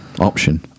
option